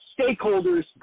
stakeholders